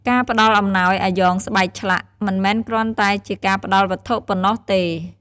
ការផ្តល់អំណោយអាយ៉ងស្បែកឆ្លាក់ មិនមែនគ្រាន់តែជាការផ្តល់វត្ថុប៉ុណ្ណោះទេ។